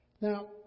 Now